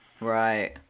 Right